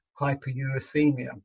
hyperuricemia